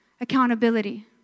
accountability